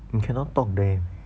mm cannot talk there eh